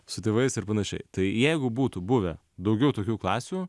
su tėvais ir panašiai tai jeigu būtų buvę daugiau tokių klasių